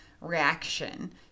reaction